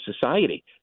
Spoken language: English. society